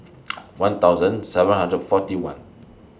one thousand seven hundred forty one